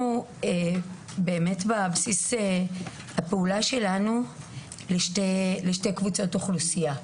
בבסיס הפעולה שלנו התייחסנו לשתי קבוצות אוכלוסייה,